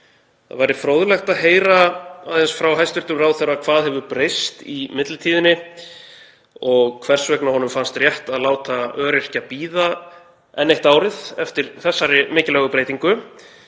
Það væri fróðlegt að heyra aðeins frá hæstv. ráðherra um hvað hefur breyst í millitíðinni og hvers vegna honum fannst rétt að láta öryrkja bíða enn eitt árið eftir þessari mikilvægu breytingu.